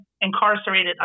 incarcerated